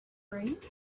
right